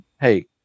hey